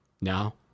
Now